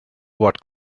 what